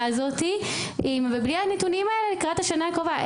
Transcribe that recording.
הזאת בלי הנתונים האלה לקראת השנה הקרובה.